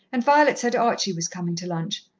and violet said archie was coming to lunch.